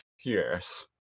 yes